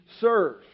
serve